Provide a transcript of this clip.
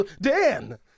Dan